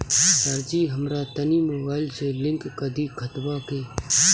सरजी हमरा तनी मोबाइल से लिंक कदी खतबा के